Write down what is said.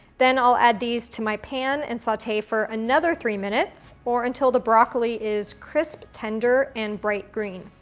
then i'll add these to my pan and saute for another three minutes or until the broccoli is crisp, tender, and bright green.